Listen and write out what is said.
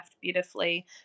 beautifully